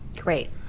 Great